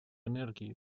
энергии